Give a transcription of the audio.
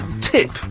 tip